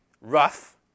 rough